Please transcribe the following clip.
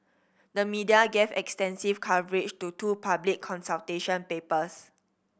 the media gave extensive coverage to two public consultation papers